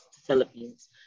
Philippines